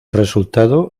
resultado